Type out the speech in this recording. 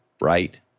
right